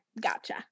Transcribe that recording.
gotcha